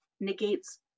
negates